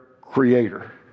creator